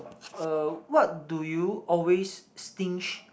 uh what do you always stinge